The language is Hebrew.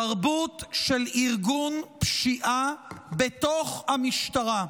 תרבות של ארגון פשיעה בתוך המשטרה,